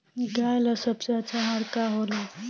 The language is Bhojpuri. गाय ला सबसे अच्छा आहार का होला?